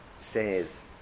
says